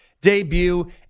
debut